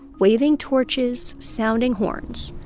waving torches, sounding horns.